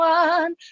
one